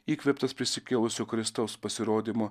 įkvėptas prisikėlusio kristaus pasirodymo